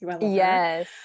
yes